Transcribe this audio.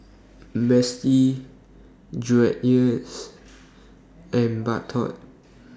Betsy Dreyers and Bardot